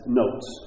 notes